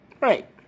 Right